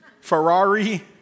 Ferrari